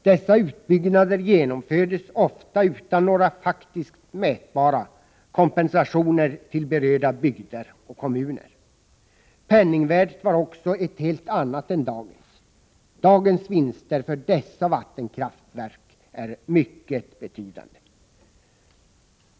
Dessa utbyggnader genomfördes ofta utan några faktiskt mätbara kompensationer till berörda bygder och kommuner. Penningvärdet var också ett helt annat än dagens. Dagens vinster för dessa vattenkraftverk är mycket betydande.